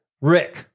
Rick